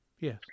Yes